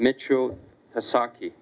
mitchell saki